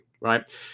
right